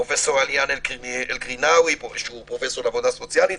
פרופ' עליאן אלקרינאוי שהוא פרופ' לעבודה סוציאלית,